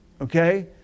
okay